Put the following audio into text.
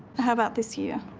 how about this year?